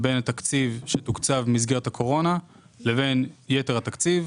בין התקציב שתוקצב במסגרת הקורונה לבין יתר התקציב.